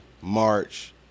March